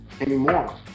anymore